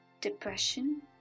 depression